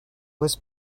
was